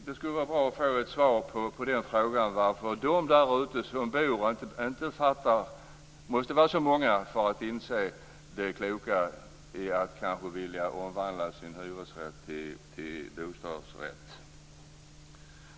Det skulle vara bra att få ett svar på frågan varför de som bor där ute måste vara så många för att inse det kloka i att kanske vilja omvandla sin hyresrätt till bostadsrätt.